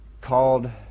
called